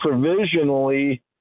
provisionally